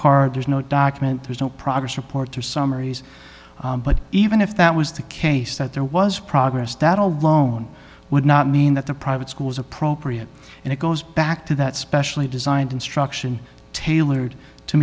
card there's no document there's no progress report or summaries but even if that was the case that there was progress that alone would not mean that the private schools appropriate and it goes back to that specially designed instruction tailored to